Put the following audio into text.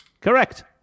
Correct